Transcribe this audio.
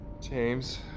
James